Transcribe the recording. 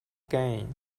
gain